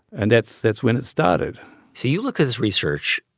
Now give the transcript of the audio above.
and that's that's when it started so you look at this research,